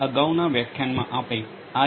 અગાઉના વ્યાખ્યાનમાં આપણે આઈ